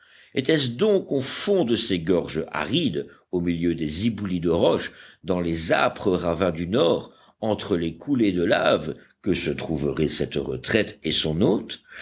était-ce donc au fond de ces gorges arides au milieu des éboulis de roches dans les âpres ravins du nord entre les coulées de laves que se trouveraient cette retraite et son hôte